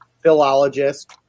philologist